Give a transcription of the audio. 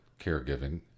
caregiving